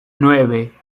nueve